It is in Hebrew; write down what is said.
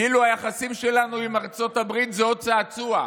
כאילו היחסים שלנו עם ארצות הברית זה עוד צעצוע,